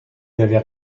n’avez